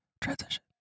transition